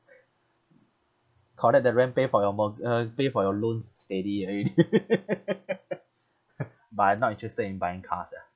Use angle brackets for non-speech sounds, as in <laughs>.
collect the rent pay for your mo~ uh pay for your loans steady already <laughs> but I'm not interested in buying cars ya